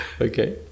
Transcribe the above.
Okay